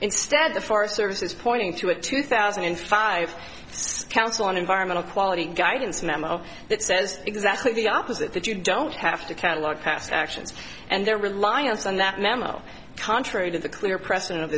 instead the forest service is pointing to a two thousand and five council on environmental quality guidance memo that says exactly the opposite that you don't have to catalogue past actions and their reliance on that memo contrary to the clear precedent of